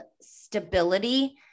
stability